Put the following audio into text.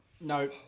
No